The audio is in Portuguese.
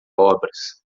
obras